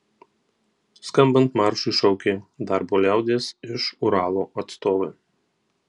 skambant maršui šaukė darbo liaudies iš uralo atstovai